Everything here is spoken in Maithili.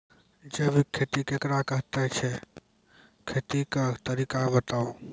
जैबिक खेती केकरा कहैत छै, खेतीक तरीका बताऊ?